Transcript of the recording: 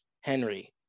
Henry